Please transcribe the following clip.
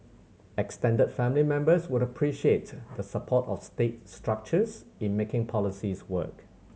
extended family members would appreciate the support of state structures in making policies work